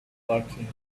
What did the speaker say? working